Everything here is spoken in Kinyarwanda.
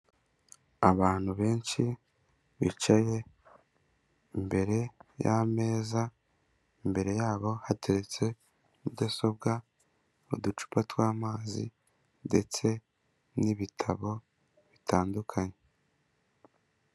Abantu benshi bicaye imbere y'ameza, imbere yabo hatetse mudasobwa mu ducupa tw'amazi ndetse n'ibitabo bitandukanye.